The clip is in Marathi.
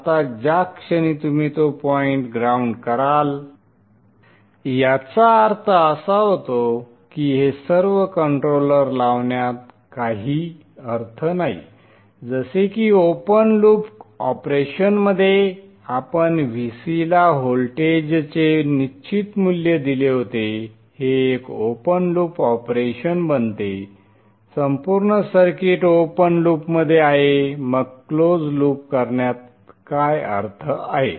आता ज्या क्षणी तुम्ही तो पॉइंट ग्राउंड कराल याचा अर्थ असा होतो की हे सर्व कंट्रोलर लावण्यात काही अर्थ नाही जसे की ओपन लूप ऑपरेशनमध्ये आपण Vc ला व्होल्टेजचे निश्चित मूल्य दिले होते हे एक ओपन लूप ऑपरेशन बनते संपूर्ण सर्किट ओपन लूपमध्ये आहे मग क्लोज लूप करण्यात काय अर्थ आहे